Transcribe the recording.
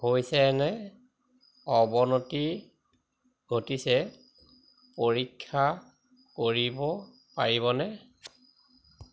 হৈছে নে অৱনতি ঘটিছে পৰীক্ষা কৰিব পাৰিবনে